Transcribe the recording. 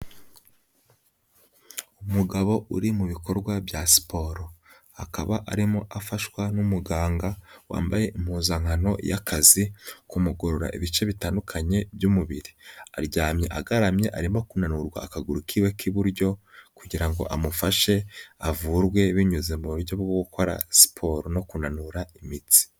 Umugabo uri mu bikorwa bya siporo, akaba arimo afashwa n'umuganga, wambaye impuzankano y'akazi kumugorora ibice bitandukanye by'umubiri, aryamye agaramye, arimo kunanurwa akaguru kiwe k'iburyo kugira ngo amufashe avurwe binyuze mu buryo bwo gukora siporo no kunanura imitsi.